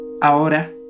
Ahora